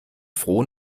froh